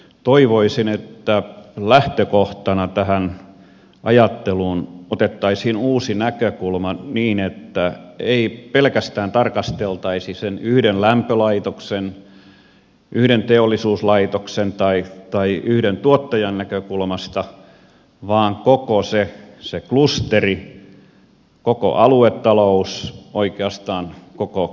toivoisin että lähtökohtana tähän ajatteluun otettaisiin uusi näkökulma niin että ei pelkästään tarkasteltaisi sen yhden lämpölaitoksen yhden teollisuuslaitoksen tai yhden tuottajan näkökulmasta vaan lähtökohta olisi koko se klusteri koko aluetalous oikeastaan koko kansantalous